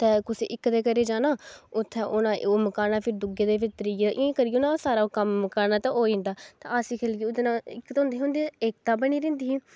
ते कुसै इक दे घरे जाना उत्थें उ'नें ओह् मकाना फिर दूऐ दे फिर त्रियै दे इ'यां इ'यां करियै ना सारा कम्म मकाना ते ओह् होई जंदा ते हस्सी खे'ल्लियै ओह्दे कन्नै इक ते होंदी ही एकता बनी रौहंदी ही